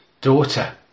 Daughter